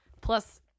Plus